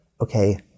okay